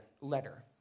letter